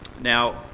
Now